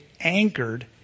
anchored